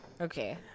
Okay